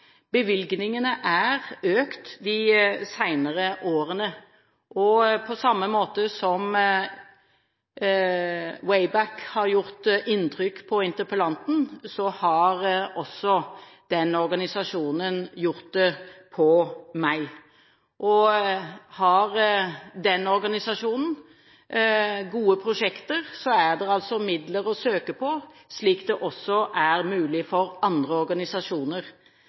Bevilgningene er økt de senere årene, og på samme måte som WayBack har gjort inntrykk på interpellanten, har organisasjonen også gjort det på meg. Dersom organisasjonen har gode prosjekter, finnes det midler å søke på – slik det også er mulig for andre organisasjoner.